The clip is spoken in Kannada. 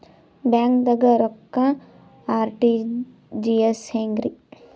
ಬ್ಯಾಂಕ್ದಾಗ ರೊಕ್ಕ ಆರ್.ಟಿ.ಜಿ.ಎಸ್ ಹೆಂಗ್ರಿ?